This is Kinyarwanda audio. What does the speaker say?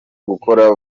gukora